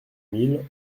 mille